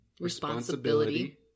responsibility